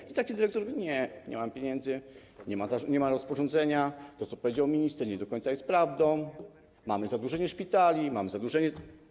I taki dyrektor mówi: nie, nie mam pieniędzy, nie ma rozporządzenia, to, co powiedział minister, nie do końca jest prawdą, mamy zadłużenie szpitali, mamy zadłużenie.